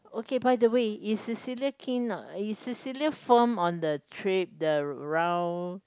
okay by the way is Cecilia keen not is Cecilia fond on the trip the round